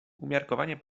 umiarkowanie